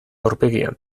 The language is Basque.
aurpegian